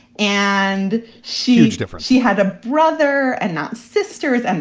and she's different. she had a brother and not sisters. and